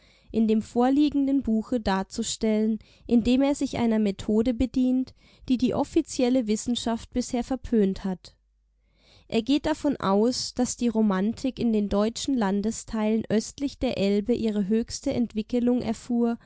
in dem vorliegenden buche darzustellen indem er sich einer methode bedient die die offizielle wissenschaft bisher verpönt hat er geht davon aus daß die romantik in den deutschen landesteilen östlich der elbe ihre höchste entwickelung erfuhr